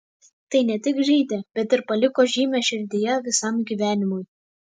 tai ne tik žeidė bet ir paliko žymę širdyje visam gyvenimui